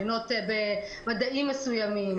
בחינות במדעים מסוימים,